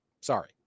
Sorry